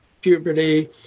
puberty